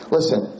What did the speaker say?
Listen